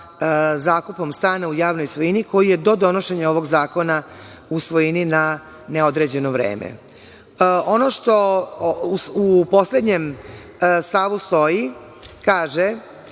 zakupom stana u javnoj svojini koji je do donošenja ovog zakona u svojini na neodređeno vreme. Ono što u poslednjem stavu stoji kaže